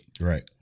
Right